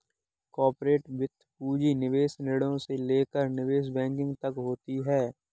corporate वित्त पूंजी निवेश निर्णयों से लेकर निवेश बैंकिंग तक होती हैं